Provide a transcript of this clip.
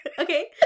Okay